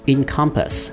Encompass